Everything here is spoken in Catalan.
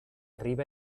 riba